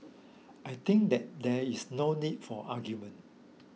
I think that there is no need for argument